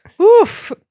Oof